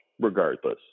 regardless